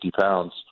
pounds